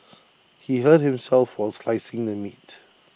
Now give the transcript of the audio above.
he hurt himself while slicing the meat